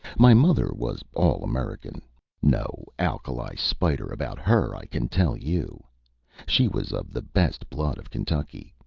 my mother was all american no alkali-spider about her, i can tell you she was of the best blood of kentucky,